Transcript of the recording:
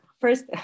first